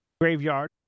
graveyard